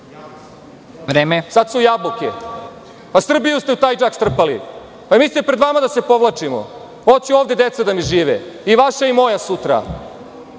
su jabuke. Srbiju ste u taj džak strpali. Mislite li pred vama da se povlačimo? Hoću ovde deca da mi žive i vaša i moja sutra.